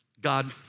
God